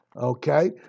Okay